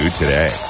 today